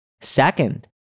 Second